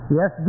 Yes